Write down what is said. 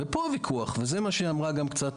פה הוויכוח, וזה גם מה שאמרה מיכל.